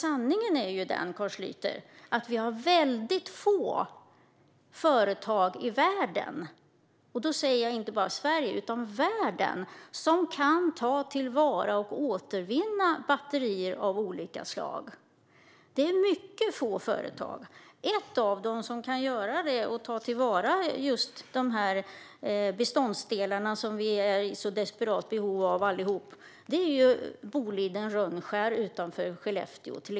Sanningen är den, Carl Schlyter, att vi har väldigt få företag inte bara i Sverige utan i världen som kan ta till vara och återvinna batterier av olika slag. Det är mycket få företag. Ett av dem som kan göra det och ta till vara de beståndsdelar som vi är i så desperat behov av allihop är Boliden Rönnskär utanför Skellefteå.